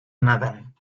nadan